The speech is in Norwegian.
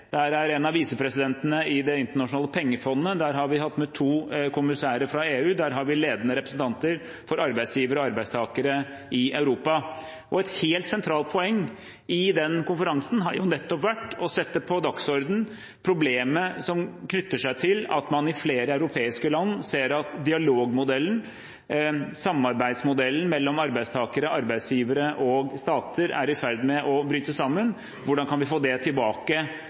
er en av visepresidentene i Det internasjonale pengefondet, der har vi hatt med to kommissærer fra EU, der har vi ledende representanter for arbeidsgivere og arbeidstakere i Europa. Et helt sentralt poeng i denne konferansen har nettopp vært å sette på dagsordenen problemet som knytter seg til at man i flere europeiske land ser at dialogmodellen, samarbeidsmodellen mellom arbeidstakere, arbeidsgivere og stater, er i ferd med å bryte sammen. Hvordan kan vi få det tilbake